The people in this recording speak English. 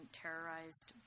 terrorized